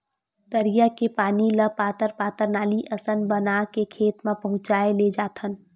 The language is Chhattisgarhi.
तरिया के पानी ल पातर पातर नाली असन बना के खेत म पहुचाए लेजाथन